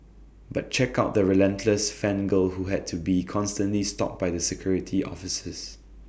but check out the relentless fan girl who had to be constantly stopped by the security officers